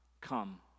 come